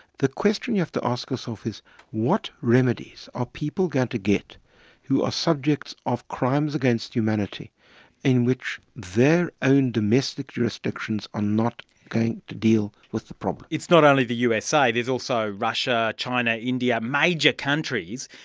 the question you have to ask yourself is what remedies are people going to get who are subjects of crimes against humanity in which their own domestic jurisdictions are not going to deal with the problem. it's not only the usa, there is also russia, china, india, major countries,